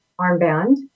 armband